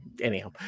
anyhow